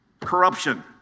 corruption